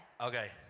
Okay